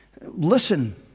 Listen